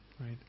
right